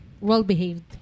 well-behaved